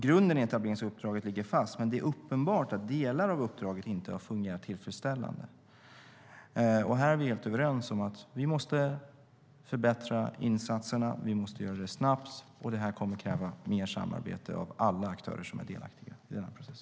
Grunden i etableringsuppdraget ligger fast, men det är uppenbart att delar av uppdraget inte har fungerat tillfredsställande. Här är vi helt överens om att insatserna måste förbättras snabbt. Det kommer att kräva mer samarbete av alla aktörer som är delaktiga i denna process.